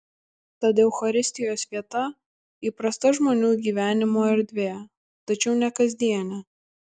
tad eucharistijos vieta įprasta žmonių gyvenimo erdvė tačiau ne kasdienė